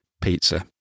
pizza